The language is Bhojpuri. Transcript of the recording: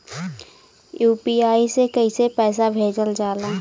यू.पी.आई से कइसे पैसा भेजल जाला?